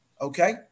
okay